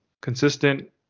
consistent